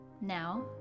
Now